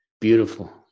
Beautiful